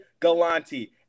Galanti